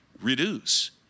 reduce